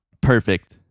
perfect